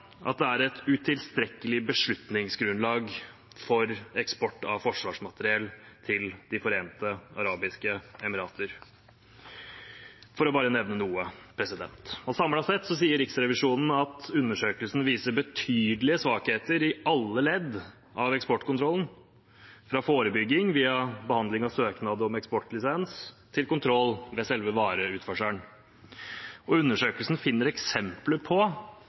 det er et utilstrekkelig beslutningsgrunnlag for eksport av forsvarsmateriell til De forente arabiske emirater – for bare å nevne noe. Samlet sett sier Riksrevisjonen at undersøkelsen viser betydelige svakheter i alle ledd av eksportkontrollen, fra forebygging via behandling av søknad om eksportlisens, til kontroll ved selve vareutførselen. Undersøkelsen finner eksempler på